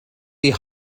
die